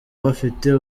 bafite